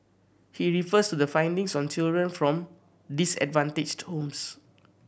he refers to the findings on children from disadvantaged homes